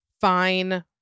fine